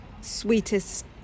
sweetest